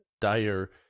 ...dire